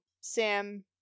Sam